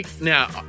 now